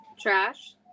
trash